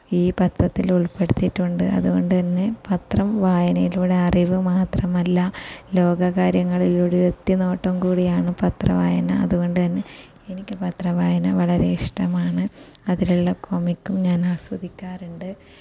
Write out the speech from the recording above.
ഈ പത്രത്തിൽ ഉൾപ്പെടുത്തിയിട്ടുണ്ട് അതുകൊണ്ടുതന്നെ പത്രം വായനയിലൂടെ അറിവ് മാത്രമല്ല ലോക കാര്യങ്ങളിൽ ഒരു എത്തിനോട്ടം കൂടിയാണ് പത്രവായന അതുകൊണ്ടുതന്നെ എനിക്ക് പത്രവായന വളരെ ഇഷ്ടമാണ് അതിലുള്ള കൊമിക്കും ഞാൻ ആസ്വദിക്കാറുണ്ട്